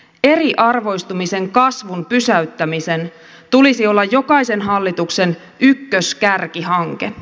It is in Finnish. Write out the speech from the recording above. eriarvoistumisen kasvun pysäyttämisen tulisi olla jokaisen hallituksen ykköskärkihanke